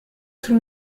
tout